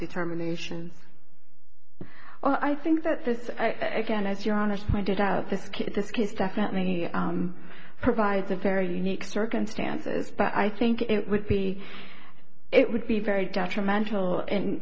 determinations well i think that this again if you're honest pointed out this kid this kid definitely provides a very unique circumstances but i think it would be it would be very detrimental in